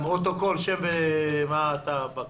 בבקשה.